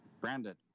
brandon